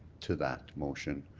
to that motion,